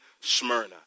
Smyrna